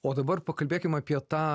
o dabar pakalbėkim apie tą